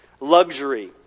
luxury